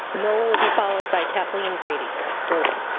noel will be followed by kathleen brady brody.